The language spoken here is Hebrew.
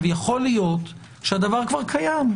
יכול להיות שהדבר כבר קיים,